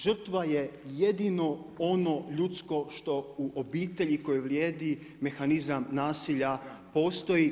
Žrtva je jedino ono ljudsko što u obitelji kojoj vrijedi mehanizam nasilja postoji.